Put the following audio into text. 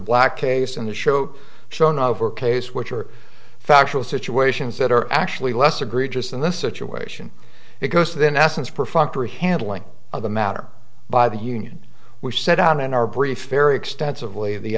black case on the show shown of her case which are factual situations that are actually less egregious in this situation it goes than essence perfunctory handling of the matter by the union which set out in our brief very extensively the